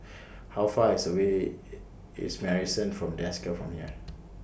How Far IS away IS Marrison At Desker from here